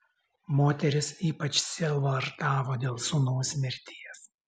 moteris ypač sielvartavo dėl sūnaus mirties